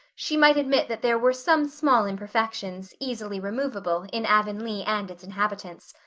she might admit that there were some small imperfections, easily removable, in avonlea and its inhabitants.